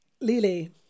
Lily